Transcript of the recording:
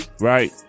right